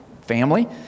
family